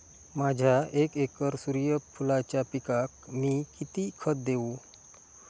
माझ्या एक एकर सूर्यफुलाच्या पिकाक मी किती खत देवू?